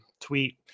tweet